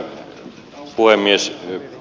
arvoisa puhemies